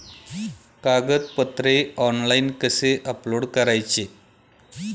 कागदपत्रे ऑनलाइन कसे अपलोड करायचे?